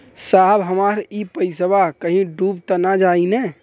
साहब हमार इ पइसवा कहि डूब त ना जाई न?